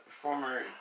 former